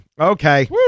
okay